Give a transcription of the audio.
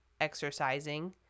exercising